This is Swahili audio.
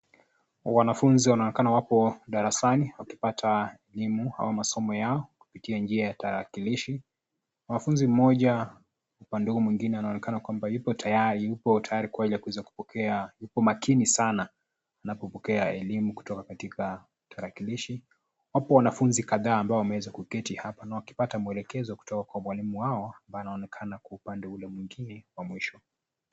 Wanafunzi wanaonekana wapo darasani, wakipata elimu au masomo yao kupitia njia ya tarakilishi. Mwanafunzi mmoja upande huo mwingine anaonekana kwamba yupo tayari kuweza kupokea ,kwa makini sana na kupokea elimu kutoka katika tarakilishi. Wapo wanafunzi kadhaa ambao wanaweza kuketi hapa na wakipata mwelekezo kutoka kwa mwalimu wao, wanaonekana kwa upande ule mwingine wa mwisho.